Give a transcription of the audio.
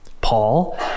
Paul